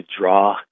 draw